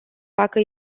facă